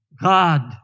God